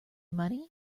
money